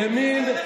ימין,